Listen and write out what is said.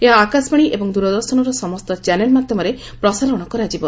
ଏହା ଆକାଶବାଣୀ ଏବଂ ଦୂରଦର୍ଶନର ସମସ୍ତ ଚ୍ୟାନେଲ୍ ମାଧ୍ୟମରେ ପ୍ରସାରଣ କରାଯିବ